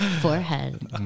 forehead